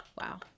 wow